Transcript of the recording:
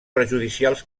perjudicials